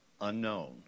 unknown